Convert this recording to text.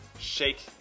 shake